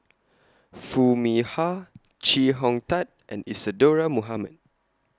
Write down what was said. Foo Mee Har Chee Hong Tat and Isadhora Mohamed